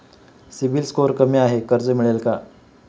CIBIL score कमी आहे कर्ज मिळेल का?